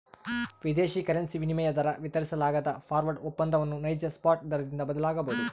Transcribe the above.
ವಿದೇಶಿ ಕರೆನ್ಸಿ ವಿನಿಮಯ ದರ ವಿತರಿಸಲಾಗದ ಫಾರ್ವರ್ಡ್ ಒಪ್ಪಂದವನ್ನು ನೈಜ ಸ್ಪಾಟ್ ದರದಿಂದ ಬದಲಾಗಬೊದು